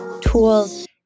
tools